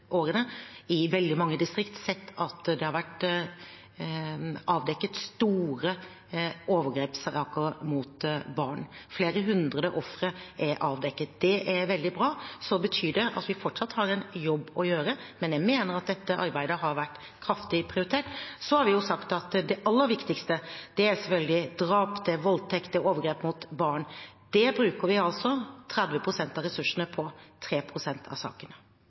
årene i veldig mange distrikt sett at det har vært avdekket store overgrepssaker mot barn. Flere hundre ofre er avdekket. Det er veldig bra. Det betyr at vi fortsatt har en jobb å gjøre, men jeg mener at dette arbeidet har vært kraftig prioritert. Så har vi sagt at det aller viktigste selvfølgelig er drap, voldtekt og overgrep mot barn. Og når det gjelder det, bruker vi altså 30 pst. av ressursene på 3 pst. av sakene.